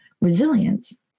resilience